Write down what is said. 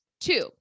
Two